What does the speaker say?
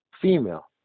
Female